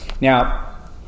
Now